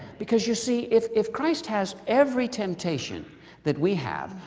because you see, if if christ has every temptation that we have,